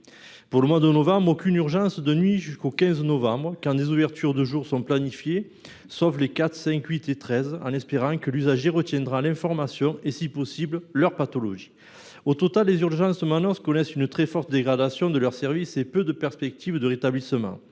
Pour le mois de novembre, il n’y aura aucunes urgences de nuit jusqu’au 15 novembre quand des ouvertures de jour sont planifiées, sauf les 4, 5, 8 et 13 novembre, en espérant que les usagers retiendront l’information… et si possible leurs pathologies ! Au total, les urgences de Manosque connaissent une très forte dégradation de leurs services et ont peu de perspectives de rétablissement.